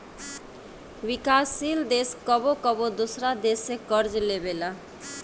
विकासशील देश कबो कबो दोसरा देश से कर्ज लेबेला